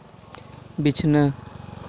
ᱵᱤᱪᱷᱱᱟᱹ